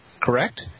correct